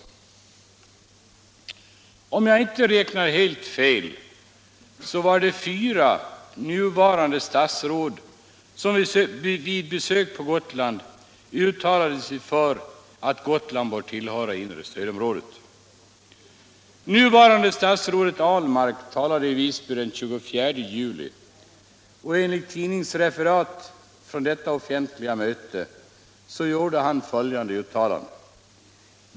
Om jag inte räknat helt fel, så var det fyra nuvarande statsråd som vid besök på Gotland uttalade sig för att Gotland bör tillhöra inre stödområdet.